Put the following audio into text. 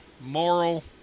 moral